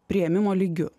priėmimo lygiu